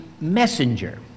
messenger